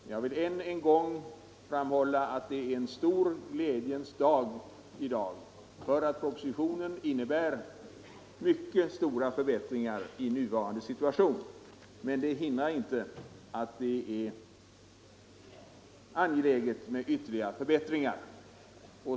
Än en gång vill jag framhålla att det i dag för Gotland är en glädjens dag, ty propositionen innebär mycket stora förbättringar i nuvarande situation. Men det hindrar inte att det är angeläget med ytterligare förbättringar.